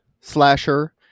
slasher